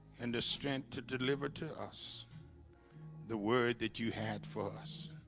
and the strength to deliver to us the word that you had for us